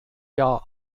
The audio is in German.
jahr